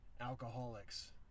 alcoholics